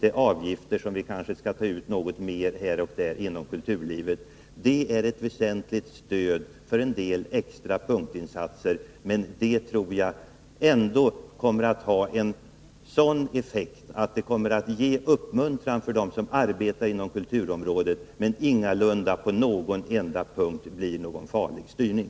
En del ytterligare avgifter här och där inom kultursektorn kan ge utrymme för vissa extra punktinsatser. Detta tror jag kommer att ha den effekten att det ger uppmuntran för dem som arbetar inom kulturområdet men ingalunda leder till någon farlig styrning.